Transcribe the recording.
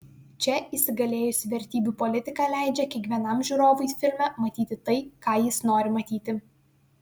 čia įsigalėjusi vertybių politika leidžia kiekvienam žiūrovui filme matyti tai ką jis nori matyti